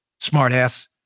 smartass